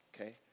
okay